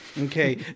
Okay